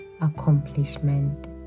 accomplishment